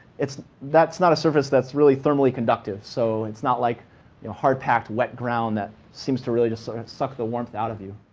that's not a surface that's really thermally conductive. so it's not like hard-packed, wet ground that seems to really just sort of suck the warmth out of you.